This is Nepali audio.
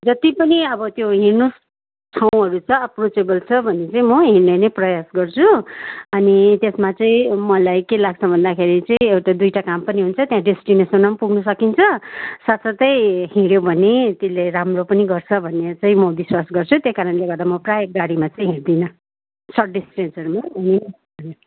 जत्ति पनि अब त्यो हिँड्नु ठाउँहरू छ अप्रोचेबल छ भने चाहिँ म हिँड्ने नै प्रयास गर्छु अनि त्यसमा चाहिँ मलाई के लाग्छ भन्दाखेरि चाहिँ एउटा दुईवटा काम पनि हुन्छ त्यहाँ डेस्टिनेसनमा पनि पुग्नु सकिन्छ साथसाथै हिँड्यो भने त्यसले राम्रो पनि गर्छ भन्ने चाहिँ म विश्वास गर्छु त्यही कारणले गर्दा म प्राय गाडीमा चाहिँ हिँड्दिन सर्ट डिस्टेन्सहरूमा अनि